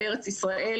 בארץ ישראל,